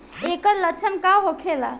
ऐकर लक्षण का होखेला?